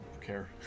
care